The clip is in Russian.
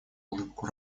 улыбку